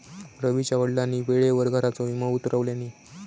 रवीच्या वडिलांनी वेळेवर घराचा विमो उतरवल्यानी